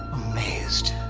amazed.